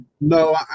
No